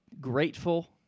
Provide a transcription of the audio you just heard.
grateful